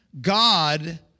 God